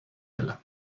dela